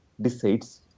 decides